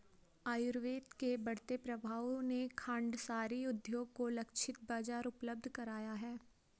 आयुर्वेद के बढ़ते प्रभाव ने खांडसारी उद्योग को लक्षित बाजार उपलब्ध कराया है